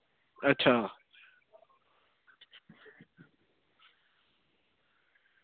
अच्छा